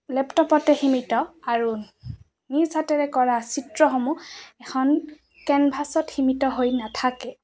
লেপটপতে সীমিত আৰু নিজ হাতেৰে কৰা চিত্ৰসমূহ এখন কেনভাছত সীমিত হৈ নাথাকে